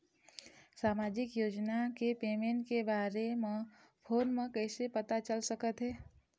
सामाजिक योजना के पेमेंट के बारे म फ़ोन म कइसे पता चल सकत हे?